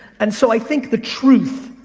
and so, i think the truth,